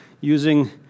using